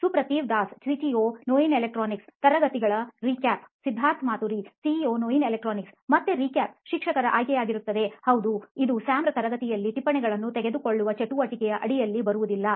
ಸುಪ್ರತಿವ್ Das CTO ನೋಯಿನ್ ಎಲೆಕ್ಟ್ರಾನಿಕ್ಸ್ತರಗತಿಗಳ recap Siddharth Maturi CEO ನೋಯಿನ್ ಎಲೆಕ್ಟ್ರಾನಿಕ್ಸ್ ಮತ್ತೆ ರೀಕ್ಯಾಪ್ ಶಿಕ್ಷಕರ ಆಯ್ಕೆಯಾಗಿರುತ್ತದೆ ಹೌದು ಇದು ಸ್ಯಾಮ್ರ ತರಗತಿಗಳಲ್ಲಿ ಟಿಪ್ಪಣಿಗಳನ್ನು ತೆಗೆದುಕೊಳ್ಳುವ ಚಟುವಟಿಕೆಯ ಅಡಿಯಲ್ಲಿ ಬರುವುದಿಲ್ಲ